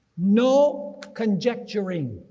no conjecturing.